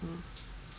嗯